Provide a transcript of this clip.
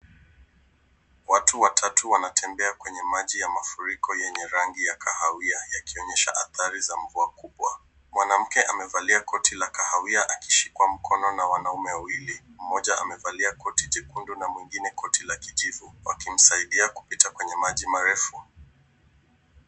Watu watatu wanatembea kwenye maji ya mafuriko yenye rangi ya kahawia, yakionyesha athari za mvua kubwa. Mwanamke amevalia koti la kahawia akishikwa mkono na wanaume wawili. Mmoja amevalia koti jekundu na mwingine koti la kijivu, wakimsaidia kupita kwenye maji marefu.